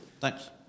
Thanks